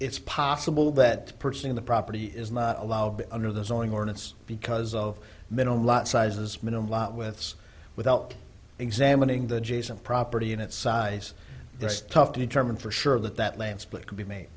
it's possible that purchasing the property is not allowed under the zoning ordinance because of minimum lot sizes minimum lot with without examining the jason property and its size it's tough to determine for sure that that lane split could be ma